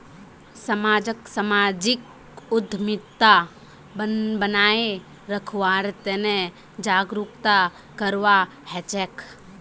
समाजक सामाजिक उद्यमिता बनाए रखवार तने जागरूकता करवा हछेक